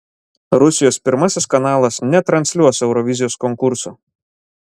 rusijos pirmasis kanalas netransliuos eurovizijos konkurso